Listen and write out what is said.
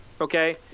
Okay